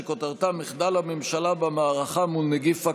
שכותרתה: מחדל הממשלה במערכה מול נגיף הקורונה.